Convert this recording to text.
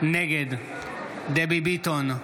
נגד דבי ביטון,